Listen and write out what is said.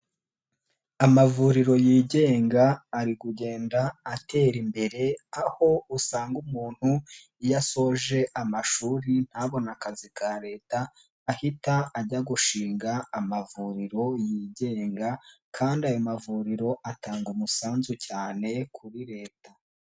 Amavuriro yigenga ari kugenda atera imbere aho usanga umuntu iyo asoje amashuri ntabone akazi ka Leta ahita ajya gushinga amavuriro yigenga kandi ayo mavuriro atanga umusanzu cyane kuri Leta.